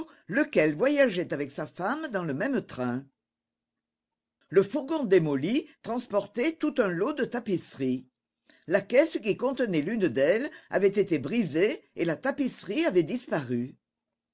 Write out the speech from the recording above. lequel voyageait avec sa femme dans le même train le fourgon démoli transportait tout un lot de tapisseries la caisse qui contenait l'une d'elles avait été brisée et la tapisserie avait disparu